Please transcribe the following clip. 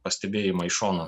pastebėjimą iš šono